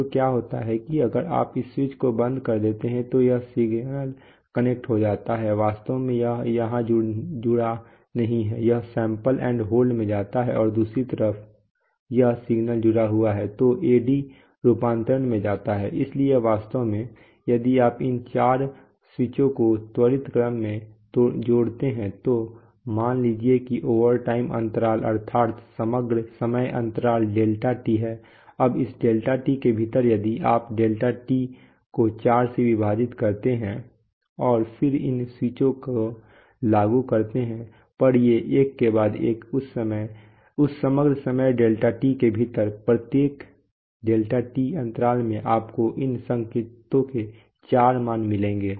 तो क्या होता है कि अगर आप इस स्विच को बंद करते हैं तो यह सिग्नल कनेक्ट हो जाता है वास्तव में यह यहां जुड़ा नहीं है यह सैंपल एंड होल्ड में जाता है और दूसरी तरफ अगर यह सिग्नल जुड़ा हुआ है तो AD रूपांतरण में जाता है इसलिए वास्तव में यदि आप इन चार स्विचों को त्वरित क्रम में जोड़ते हैं तो मान लीजिए कि ओवरटाइम अंतराल अर्थात समग्र समय अंतराल डेल्टा T है अब इस डेल्टा T के भीतर यदि आप डेल्टा टी को 4 से विभाजित करते हैं और फिर इन स्विचों को लागू करते हैं पर ये एक के बाद एक उस समग्र समय डेल्टा T के भीतर फिर प्रत्येक डेल्टा T अंतराल में आपको इन संकेतों के चार मान मिलेंगे